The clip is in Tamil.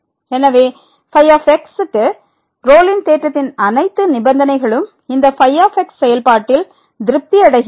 எனவே φ எக்ஸ் க்கு ரோலின் தேற்றத்தின் அனைத்து நிநிபந்தனைகளும் இந்த ϕ செயல்பாட்டில் திருப்தியடைகின்றன